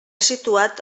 situat